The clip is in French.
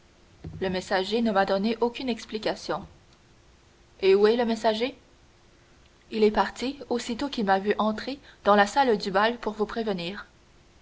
le messager ne m'a donné aucune explication et où est le messager il est parti aussitôt qu'il m'a vu entrer dans la salle du bal pour vous prévenir